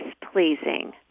displeasing